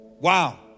Wow